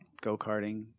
Go-karting